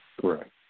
Correct